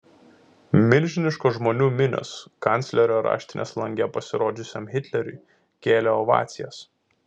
milžiniškos žmonių minios kanclerio raštinės lange pasirodžiusiam hitleriui kėlė ovacijas